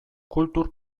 kultur